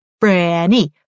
Branny